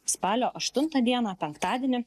spalio aštuntą dieną penktadienį